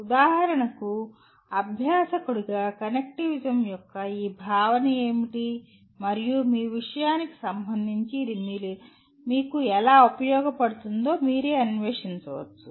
ఉదాహరణకు అభ్యాసకుడిగా కనెక్టివిజం యొక్క ఈ భావన ఏమిటి మరియు మీ విషయానికి సంబంధించి ఇది మీకు ఎలా ఉపయోగపడుతుందో మీరే అన్వేషించవచ్చు